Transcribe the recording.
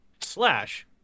slash